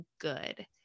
good